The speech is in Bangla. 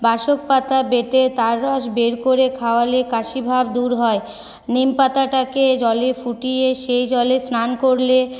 বাসক পাতা বেঁটে তার রস বের করে খাওয়ালে কাশিভাব দূর হয় নিম পাতাটাকে জলে ফুটিয়ে সেই জলে স্নান করলে